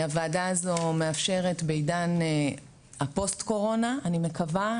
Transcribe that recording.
הוועדה הזו מאפשרת בעידן הפוסט קורונה אני מקווה,